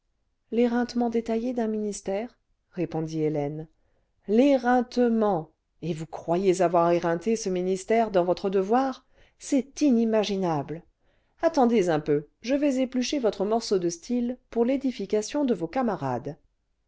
l'éreintement détaillé d'un ministère répondit hélène l'éreintement et vous croyez avoir éreinté ce ministère dans votre devoir c'est inimaginable attendez un peu je vais éplucher votre morceau cle style pour l'édification de vos camarades